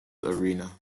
arena